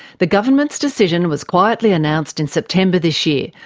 the government's decision was quietly announced in september this year,